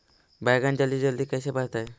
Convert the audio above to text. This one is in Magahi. बैगन जल्दी जल्दी कैसे बढ़तै?